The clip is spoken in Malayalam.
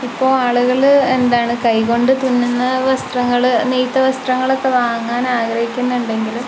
ഇപ്പോൾ ആളുകൾ എന്താണ് കൈകൊണ്ട് തുന്നുന്ന വസ്ത്രങ്ങൾ നെയ്ത്തു വസ്ത്രങ്ങളൊക്കെ വാങ്ങാൻ ആഗ്രഹിക്കുന്നെണ്ടെങ്കിലും